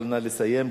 אבל נא לסיים,